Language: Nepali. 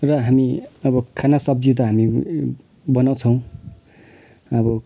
र हामी अब खाना सब्जी त हामी बनाउँछौँ अब